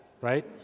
right